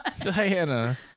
Diana